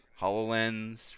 Hololens